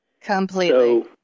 Completely